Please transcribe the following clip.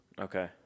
Okay